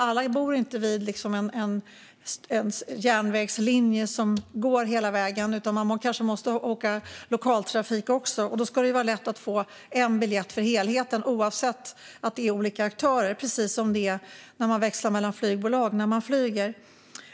Alla bor inte vid en järnvägslinje som går hela vägen, utan man kanske måste åka med lokaltrafik också. Då ska det vara lätt att få en biljett för helheten oavsett om det är flera aktörer, precis som det är när man växlar mellan flygbolag när man flyger.